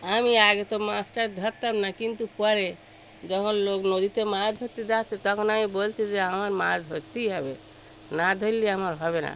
আমি আগে তো মাছ টাছ ধরতাম না কিন্তু পরে যখন লোক নদীতে মাছ ধরতে যাচ্ছে তখন আমি বলছি যে আমার মাছ ধরতেই হবে না ধরলে আমার হবে না